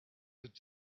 with